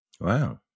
Wow